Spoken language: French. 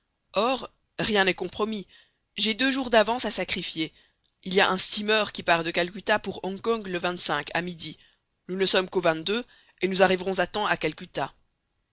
or rien n'est compromis j'ai deux jours d'avance à sacrifier il y a un steamer qui part de calcutta pour hong kong le à midi nous ne sommes qu'au et nous arriverons à temps à calcutta